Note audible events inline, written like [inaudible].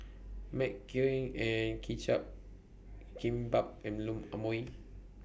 [unintelligible] Kimbap and Imoni